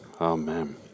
Amen